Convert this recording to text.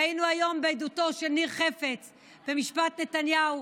ראינו היום בעדותו של ניר חפץ במשפט נתניהו